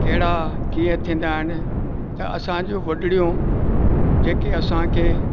कहिड़ा कीअं थींदा आहिनि त असांजी वॾड़ियूं जेके असांखे